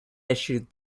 issued